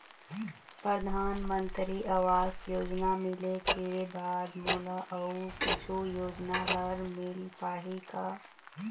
परधानमंतरी आवास योजना मिले के बाद मोला अऊ कुछू योजना हर मिल पाही का?